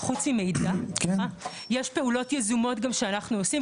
חוץ ממידע, יש פעולות יזומות שגם אנחנו עושים.